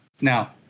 now